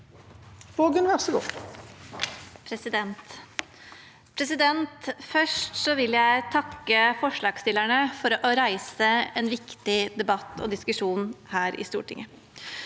for saken): Først vil jeg takke forslagsstillerne for å ha reist en viktig debatt og diskusjon her i Stortinget.